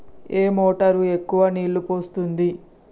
ఏ motor ఎక్కువ నీళ్లు పోస్తుంది?